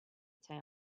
town